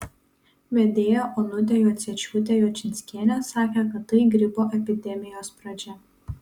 vedėja onutė juocevičiūtė juočinskienė sakė kad tai gripo epidemijos pradžia